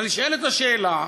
אבל נשאלת השאלה,